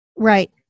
Right